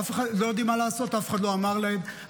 אף אחד לא אמר להם.